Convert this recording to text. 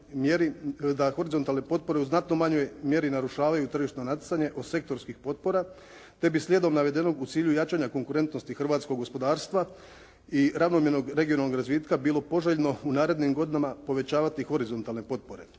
su horizontalne potpore u znatnoj manjoj mjeri narušavaju tržišno natjecanje od sektorskih potpora, te bi slijedom navedenog u cilju jačanja konkurentnosti hrvatskog gospodarstva i ravnomjernog regionalnog razvitka, bilo poželjno u narednim godinama povećavati horizontalne potpore.